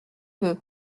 veut